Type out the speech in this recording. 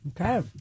Okay